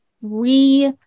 three